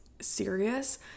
serious